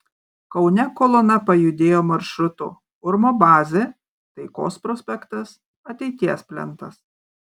kaune kolona pajudėjo maršrutu urmo bazė taikos prospektas ateities plentas